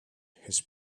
his